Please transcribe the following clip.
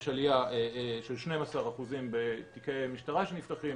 יש עלייה של 12% בתיקי משטרה שנפתחים,